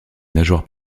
nageoires